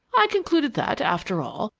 i concluded that, after all,